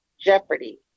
Jeopardy